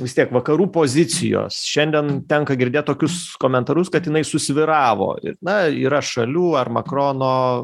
vis tiek vakarų pozicijos šiandien tenka girdėt tokius komentarus kad jinai susvyravo ir na yra šalių ar makrono